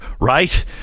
right